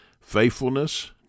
faithfulness